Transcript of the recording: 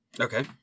Okay